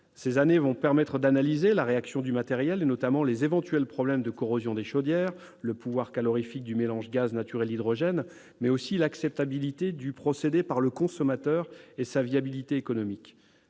Ces années vont permettre d'analyser la réaction du matériel, notamment les éventuels problèmes de corrosion des chaudières, le pouvoir calorifique du mélange gaz naturel hydrogène, mais aussi l'acceptabilité du procédé par le consommateur et sa viabilité économique.